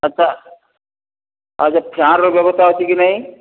ଆଚ୍ଛା ଆଚ୍ଛା ଫ୍ୟାନ୍ର ବ୍ୟବସ୍ତା ଅଛି କି ନାହିଁ